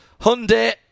Hyundai